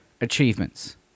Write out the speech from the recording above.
achievements